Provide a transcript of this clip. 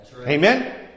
Amen